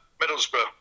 Middlesbrough